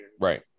Right